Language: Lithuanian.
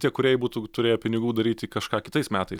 tie kūrėjai būtų turėję pinigų daryti kažką kitais metais